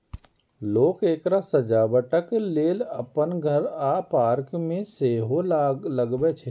लोक एकरा सजावटक लेल अपन घर आ पार्क मे सेहो लगबै छै